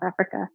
Africa